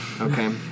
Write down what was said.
Okay